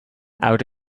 out